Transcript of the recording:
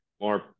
more